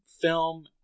film